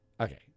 Okay